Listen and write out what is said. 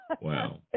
Wow